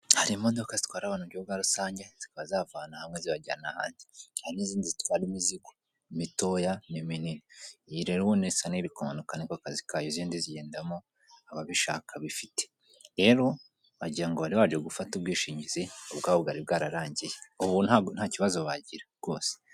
Hari imodoka zitwara anti mu buryo bwa rusange zikaba zibavana ahantu hamwe zibajyana ahandi, hari n'izindi zitwara imizigo imitoya n'iminini, iyi rero ubona isa n'iri kumanuka niko kazi kayo, izindi zigendamo ababishaka bifite, rero wagira ngo bari baje gufata ubwishingizi ubwabo bwari bwararangiye ubu ntakibazo bagira rwose.